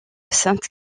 sainte